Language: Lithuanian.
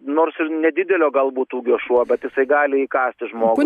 nors ir nedidelio galbūt ūgio šuo bet jisai gali įkąsti žmogui